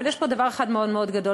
אבל יש פה עוד דבר אחד מאוד מאוד גדול,